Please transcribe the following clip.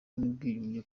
n’ubwiyunge